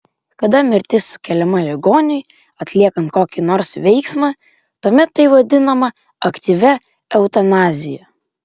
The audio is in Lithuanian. kada mirtis sukeliama ligoniui atliekant kokį nors veiksmą tuomet tai vadinama aktyvia eutanazija